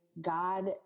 God